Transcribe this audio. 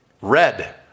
Red